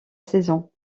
saison